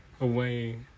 away